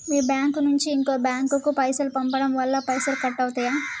మీ bank నుంచి ఇంకో bank కు పైసలు పంపడం వల్ల పైసలు కట్ అవుతయా?